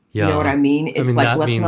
yeah what i mean it was like. but you know